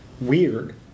weird